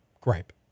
gripe